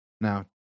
Now